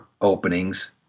openings